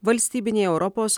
valstybiniai europos